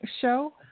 show